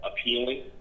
appealing